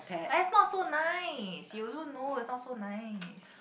but it's not so nice you also know it's not so nice